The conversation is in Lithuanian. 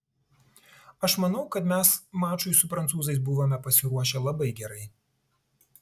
aš manau kad mes mačui su prancūzais buvome pasiruošę labai gerai